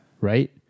Right